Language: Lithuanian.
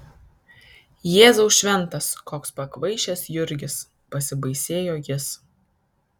jėzau šventas koks pakvaišęs jurgis pasibaisėjo jis